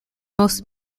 most